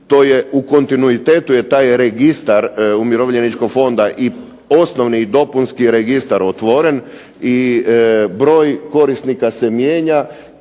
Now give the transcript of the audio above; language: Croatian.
u kontinuitetu je taj registar Umirovljeničkog fonda i osnovni i dopunski registar otvoren i broj korisnika se mijenja